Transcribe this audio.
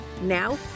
Now